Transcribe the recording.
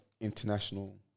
international